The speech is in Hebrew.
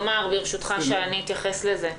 ברשותך, שי, אני אתייחס לזה.